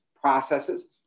processes